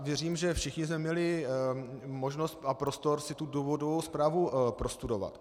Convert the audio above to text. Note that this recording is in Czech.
Věřím, že všichni jsme měli možnost a prostor si důvodovou zprávu prostudovat.